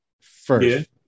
first